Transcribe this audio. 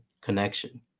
connection